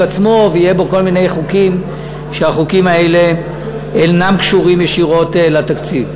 עצמו ויהיו בו כל מיני חוקים שאינם קשורים ישירות לתקציב.